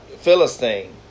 Philistine